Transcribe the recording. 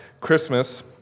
Christmas